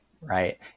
right